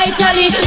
Italy